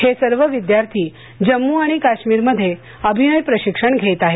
हे सर्व विद्यार्थी जम्मू आणि काश्मीरमध्ये अभिनय प्रशिक्षण घेत आहेत